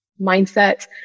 mindset